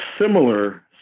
similar